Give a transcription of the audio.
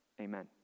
Amen